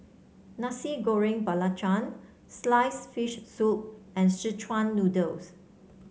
Nasi Goreng Belacan sliced fish soup and Szechuan Noodles